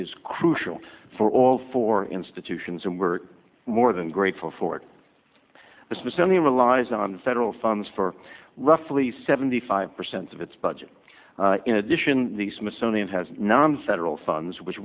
is crucial for all four institutions and we're more than grateful for it the smithsonian relies on the federal funds for roughly seventy five percent of its budget in addition the smithsonian has nonfederal funds which